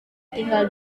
tinggal